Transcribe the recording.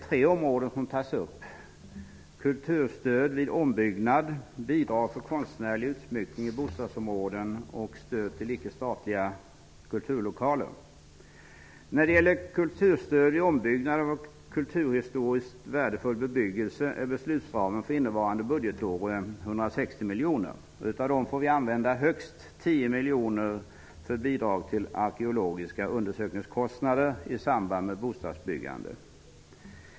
Tre områden tas upp -- kulturstöd vid ombyggnad, bidrag för konstnärlig utsmyckning i bostadsområden och stöd till icke statliga kulturlokaler. När det gäller kulturstöd vid ombyggnad av kulturhistoriskt värdefull bebyggelse är beslutsramen för innevarande budgetår 160 miljoner kronor. Högst 10 miljoner kronor av dessa får disponeras för bidrag till arkeologiska undersökningar i samband med bostadsbyggande.